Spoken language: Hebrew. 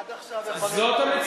עד עכשיו, בדיוק.